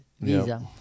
visa